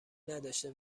نداشته